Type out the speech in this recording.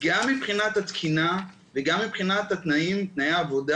גם מבחינת התקינה וגם מבחינת תנאי העבודה,